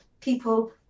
people